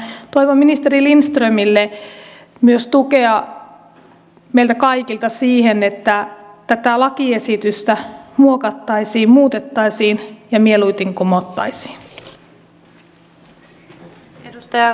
toivon ministeri lindströmille myös tukea meiltä kaikilta siihen että tätä lakiesitystä muokattaisiin muutettaisiin ja se mieluiten kumottaisiin